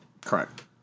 Correct